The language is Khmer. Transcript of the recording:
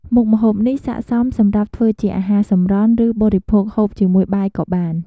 មុខម្ហូបនេះស័ក្តិសមសម្រាប់ធ្វើជាអាហារសម្រន់ ឬបរិភោគហូបជាមួយបាយក៏បាន។